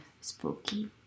Spooky